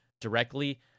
directly